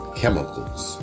chemicals